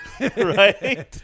right